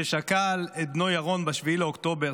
ששכל את בנו ירון ב-7 באוקטובר,